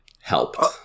helped